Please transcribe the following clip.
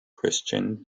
christian